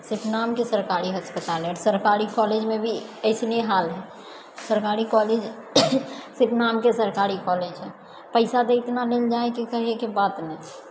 सिर्फ नामके सरकारी अस्पताल है आओर सरकारी कॉलेजमे भी ऐसने हाल है सरकारी कॉलेज सिर्फ नामके सरकारी कॉलेज है पैसा दैयके ने लेल जाइ तऽ कहैए के बात नहि